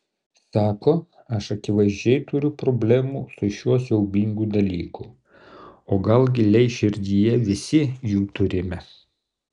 sako aš akivaizdžiai turiu problemų su šiuo siaubingu dalyku o gal giliai širdyje visi jų turime